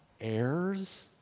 Heirs